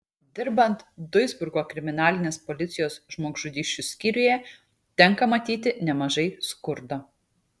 dirbant duisburgo kriminalinės policijos žmogžudysčių skyriuje tenka matyti nemažai skurdo